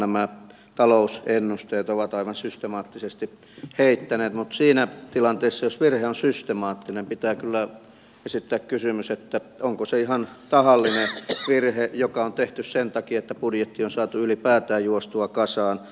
nimenomaan nämä talousennusteet ovat aivan systemaattisesti heittäneet mutta siinä tilanteessa jos virhe on systemaattinen pitää kyllä esittää kysymys onko se ihan tahallinen virhe joka on tehty sen takia että budjetti on saatu ylipäätään juostua kasaan